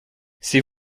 c’est